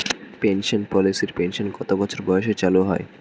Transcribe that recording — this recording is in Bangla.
পেনশন পলিসির পেনশন কত বছর বয়সে চালু হয়?